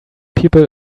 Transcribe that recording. people